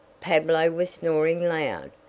pablo was snoring loud,